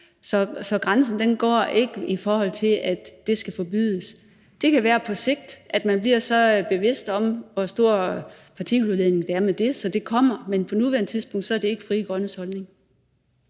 Så grænsen går ikke dér, hvor det skal forbydes. Det kan være, at man på sigt bliver så bevidst om, hvor stor en partikeludledning der er ved det, og så kan det være, at det kommer. Men på nuværende tidspunkt er det ikke Frie Grønnes holdning.